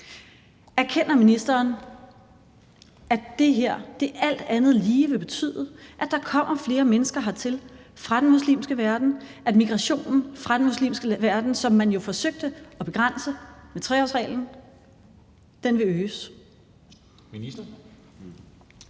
Erkender ministeren, at det her alt andet lige vil betyde, at der kommer flere mennesker hertil fra den muslimske verden, at migrationen fra den muslimske verden, som man jo forsøgte at begrænse med 3-årsreglen, vil øges?